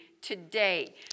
today